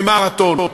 במרתון.